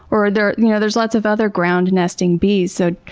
or, there's you know there's lots of other ground nesting bees. so,